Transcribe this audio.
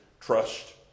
trust